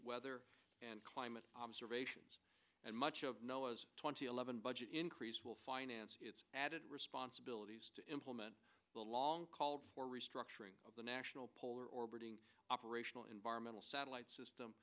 weather and climate observations and much of know as twenty eleven budget increase will finance its added responsibilities to implement the long called for restructuring of the national polar orbiting operational environmental satellite system